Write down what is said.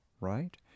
right